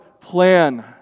plan